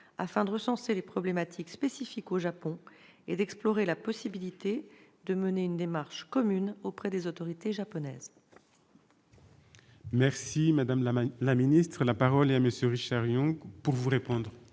afin de recenser les problématiques spécifiques au Japon et d'explorer la possibilité de mener une démarche commune auprès des autorités japonaises. La parole est à M. Richard Yung. Je vous remercie,